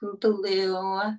blue